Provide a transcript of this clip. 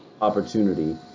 opportunity